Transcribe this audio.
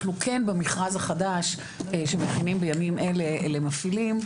אנחנו כן במכרז החדש שמכינים בימים אלה למפעילים,